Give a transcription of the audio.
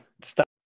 Stop